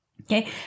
Okay